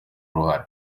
uruhare